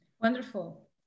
Wonderful